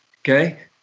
okay